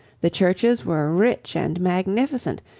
the churches were rich and magnificent,